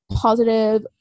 positive